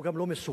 הוא גם לא מסוכן,